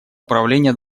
управления